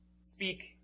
speak